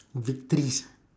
victories